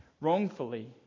wrongfully